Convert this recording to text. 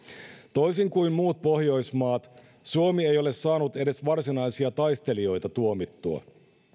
toisin kuin muut pohjoismaat suomi ei ole saanut edes varsinaisia taistelijoita tuomittua